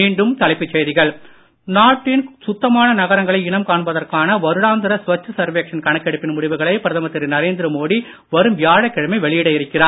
மீண்டும் தலைப்புச் செய்திகள் நாட்டின் சுத்தமான நகரங்களை இனம் காண்பதற்கான வருடாந்திர ஸ்வச் சர்வேச்ஷண் கணக்கெடுப்பின் முடிவுகளை பிரதமர் திரு நரேந்திர மோடி வரும் வியாழக்கிழமை வெளியிட இருக்கிறார்